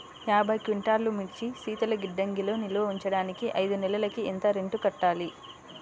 యాభై క్వింటాల్లు మిర్చి శీతల గిడ్డంగిలో నిల్వ ఉంచటానికి ఐదు నెలలకి ఎంత రెంట్ కట్టాలి?